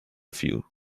few